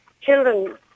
children